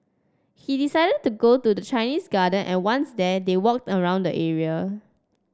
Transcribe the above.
he decided to go to the Chinese Garden and once there they walked around the area